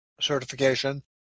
certification